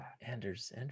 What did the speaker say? anders